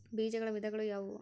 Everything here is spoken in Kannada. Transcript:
ಬೇಜಗಳ ವಿಧಗಳು ಯಾವುವು?